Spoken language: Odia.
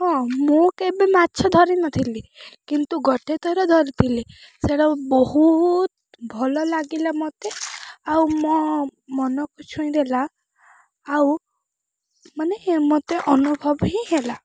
ହଁ ମୁଁ କେବେ ମାଛ ଧରି ନଥିଲି କିନ୍ତୁ ଗୋଟେ ଥର ଧରିଥିଲି ସେଇଟା ବହୁତ ଭଲ ଲାଗିଲା ମୋତେ ଆଉ ମୋ ମନକୁ ଛୁଇଁଦେଲା ଆଉ ମାନେ ମୋତେ ଅନୁଭବ ହିଁ ହେଲା